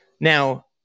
Now